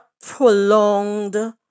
prolonged